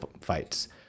fights